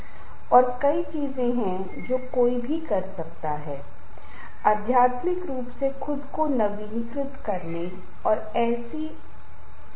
यह एक स्व कंडीशनिंग प्रकार की चीजें हैं जो कुछ बयान अप लिखेंगे और अपने कर्तव्य में शामिल होने से पहले हर दिन अपने लिए उसी बयान को दोहराएंगे